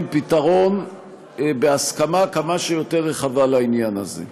פתרון בהסכמה כמה שיותר רחבה לעניין הזה.